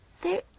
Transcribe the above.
There